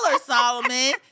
Solomon